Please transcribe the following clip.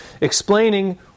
explaining